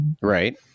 Right